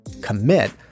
commit